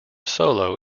solo